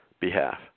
behalf